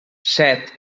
set